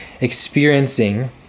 experiencing